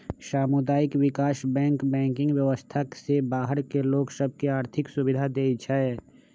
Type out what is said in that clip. सामुदायिक विकास bank banking व्यवस्था से बाहर के लोग सभ के आर्थिक सुभिधा देँइ छै